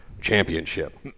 championship